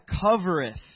covereth